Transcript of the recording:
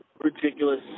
ridiculous